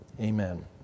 amen